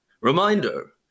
Reminder